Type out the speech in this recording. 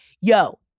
Yo